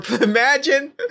Imagine